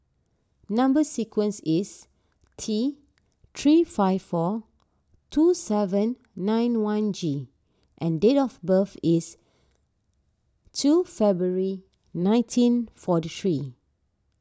Number Sequence is T three five four two seven nine one G and date of birth is two February nineteen forty three